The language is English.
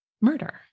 murder